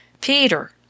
Peter